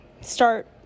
start